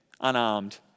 unarmed